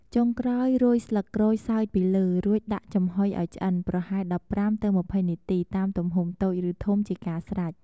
ចុងក្រោយរោយស្លឹកក្រូចសើចពីលើ រួចដាក់ចំហុយឲ្យឆ្អិន ប្រហែល១៥ ទៅ២០នាទី តាមទំហំតូចឬធំ ជាការស្រេច។